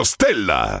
Stella